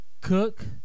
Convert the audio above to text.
Cook